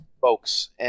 folks